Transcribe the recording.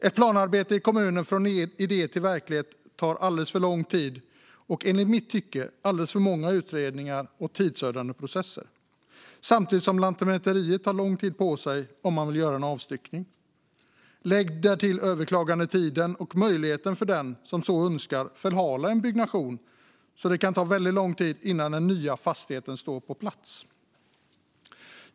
Ett planarbete i kommunen från idé till verklighet tar alldeles för lång tid och kräver enligt mitt tycke alldeles för många utredningar och tidsödande processer, samtidigt som Lantmäteriet tar lång tid på sig om man vill göra avstyckning. Lägg därtill överklagandetiden och möjligheten för den som så önskar att förhala en byggnation. Allt detta leder till att det kan ta väldigt lång tid innan den nya fastigheten står på plats.